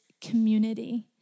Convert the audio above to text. community